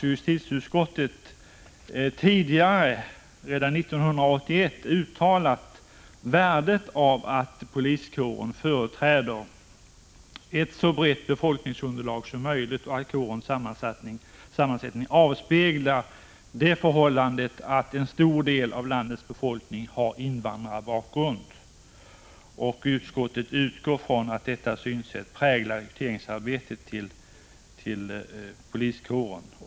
Justitieutskottet har tidigare, redan 1981, uttalat värdet av att poliskåren företräder ett så brett befolkningsunderlag som möjligt och att kårens sammansättning avspeglar det förhållandet att en stor del av landets befolkning har invandrarbakgrund. Utskottet utgår från att detta synsätt präglar rekryteringsarbetet till poliskåren.